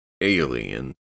alien